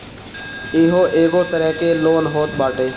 इहो एगो तरह के लोन होत बाटे